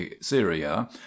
syria